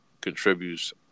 contributes